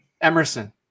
emerson